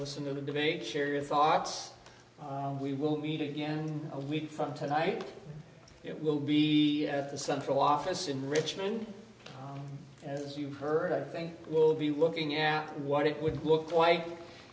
listen to the debate share your thoughts and we will meet again a week from tonight it will be at the central office in richmond as you've heard i think will be looking at what it would look like